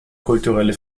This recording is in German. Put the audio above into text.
kulturelle